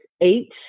eight